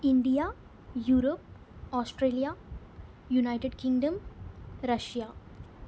India Europe Australia United Kingdom Russia